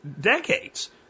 decades